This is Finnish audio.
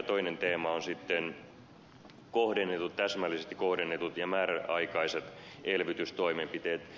toinen teema on sitten täsmällisesti kohdennetut ja määräaikaiset elvytystoimenpiteet